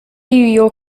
your